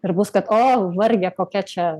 ir bus kad o varge kokia čia